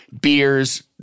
Beers